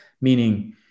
meaning